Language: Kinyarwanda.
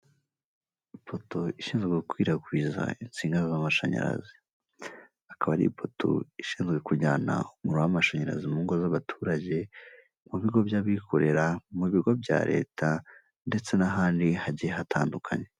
Ipoto ishinzwe gukwirakwiza insinga z'amashanyarazi, akaba ari ipoto ishinzwe kujyana umuriro w'amashanyarazi mu ngo z'abaturage, mu bigo by'abikorera mu bigo bya leta ndetse n'ahandi hagiye hatandukanye.